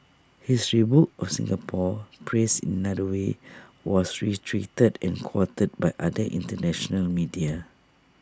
his rebuke of Singapore phrased in another way was reiterated and quoted by other International media